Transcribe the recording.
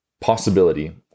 possibility